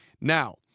Now